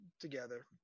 together